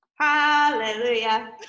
Hallelujah